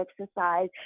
exercise